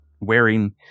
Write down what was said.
wearing